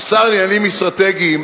השר לעניינים אסטרטגיים,